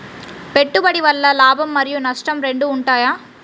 పెట్టుబడి వల్ల లాభం మరియు నష్టం రెండు ఉంటాయా?